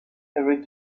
every